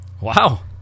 Wow